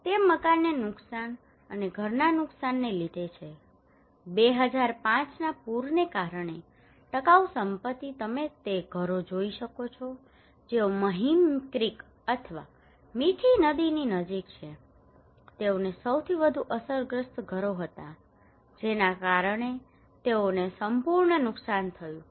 તે મકાનને નુકસાન અને ઘરના નુકસાનને લીધે છે 2005 ના પૂરને કારણે ટકાઉ સંપત્તિ તમે તે ઘરો જોઈ શકો છો કે જેઓ મહીમ ક્રિક અથવા મીઠી નદીની નજીક છે તેઓને સૌથી વધુ અસરગ્રસ્ત ઘરો હતા જેના કારણે તેઓને સંપૂર્ણ નુકસાન થયું હતું